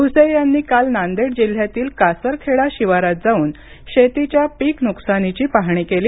भुसे यांनी काल नांदेड जिल्ह्यातील कासरखेडा शिवारात जाऊन शेतीच्या पिक नुकसानीची पाहणी केली